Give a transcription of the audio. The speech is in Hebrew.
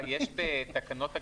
האנרגיה, יש בתקנות הגז,